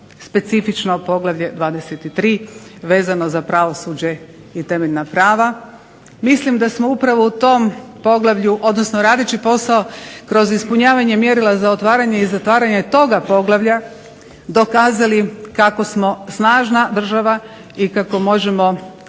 specifično poglavlje 23. vezano za pravosuđe i temeljna prava. Mislim da smo upravo u tom poglavlju, odnosno radeći posao kroz ispunjavanje mjerila za otvaranje i zatvaranje toga poglavlja dokazali kako smo snažna država i kako možemo sami